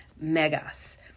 megas